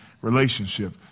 relationship